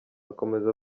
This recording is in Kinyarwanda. akomeza